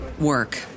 work